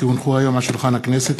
כי הונחו היום על שולחן הכנסת,